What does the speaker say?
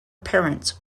parents